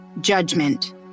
judgment